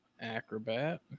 acrobat